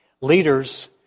Leaders